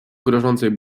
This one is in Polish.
grożącej